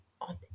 on